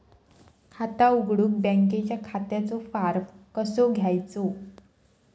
खाता उघडुक बँकेच्या खात्याचो फार्म कसो घ्यायचो?